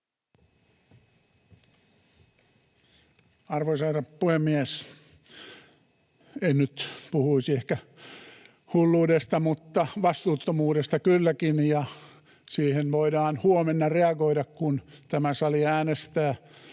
Arvoisa herra puhemies! En nyt puhuisi ehkä hulluudesta mutta vastuuttomuudesta kylläkin, ja siihen voidaan huomenna reagoida, kun tämä sali äänestää.